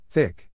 Thick